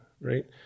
right